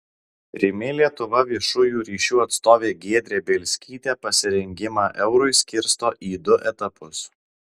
rimi lietuva viešųjų ryšių atstovė giedrė bielskytė pasirengimą eurui skirsto į du etapus